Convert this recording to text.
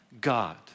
God